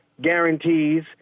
guarantees